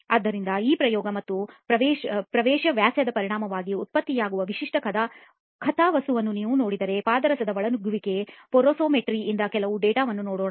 ಆದ್ದರಿಂದ ಈ ಪ್ರಯೋಗ ಮತ್ತು ರಂಧ್ರದ ಪ್ರವೇಶ ವ್ಯಾಸದ ಪರಿಣಾಮವಾಗಿ ಉತ್ಪತ್ತಿಯಾಗುವ ವಿಶಿಷ್ಟ ಕಥಾವಸ್ತುವನ್ನು ನೀವು ನೋಡಿದರೆ ಪಾದರಸದ ಒಳನುಗ್ಗುವಿಕೆ ಪೊರೊಸಿಮೆಟ್ರಿ ಯಿಂದ ಕೆಲವು ಡೇಟಾ ವನ್ನು ನೋಡೋಣ